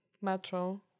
metro